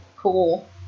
cool